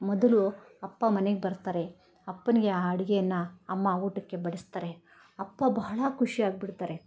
ಮೊದಲು ಅಪ್ಪ ಮನೆಗೆ ಬರ್ತಾರೆ ಅಪ್ಪನಿಗೆ ಆ ಅಡುಗೆಯನ್ನ ಅಮ್ಮ ಊಟಕ್ಕೆ ಬಡಿಸ್ತಾರೆ ಅಪ್ಪ ಬಹಳ ಖುಷಿಯಾಗ್ಬಿಡ್ತಾರೆ